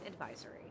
advisory